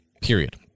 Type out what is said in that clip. Period